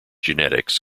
genetics